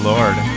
Lord